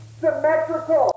symmetrical